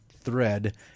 thread